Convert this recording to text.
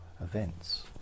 events